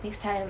next time